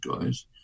guys